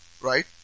right